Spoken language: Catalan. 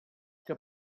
que